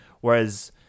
whereas